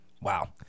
Wow